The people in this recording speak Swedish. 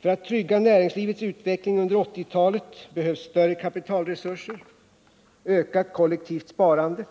För att trygga näringslivets utveckling under 1980-talet behövs större kapitalresurser, ökat kollektivt sparande.